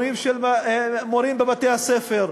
מינויים של מורים בבתי-הספר.